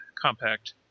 compact